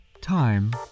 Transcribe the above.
Time